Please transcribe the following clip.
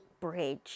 bridge